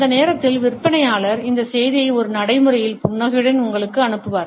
அந்த நேரத்தில் விற்பனையாளர் இந்த செய்தியை ஒரு நடைமுறையில் புன்னகையுடன் உங்களுக்கு அனுப்புவார்